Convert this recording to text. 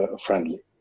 friendly